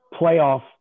playoff